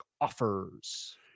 offers